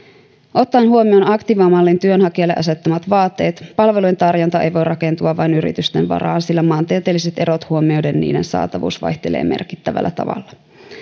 ottaen huomioon aktiivimallin työnhakijalle asettamat vaateet palvelujen tarjonta ei voi rakentua vain yritysten varaan sillä maantieteelliset erot huomioiden niiden saatavuus vaihtelee merkittävällä tavalla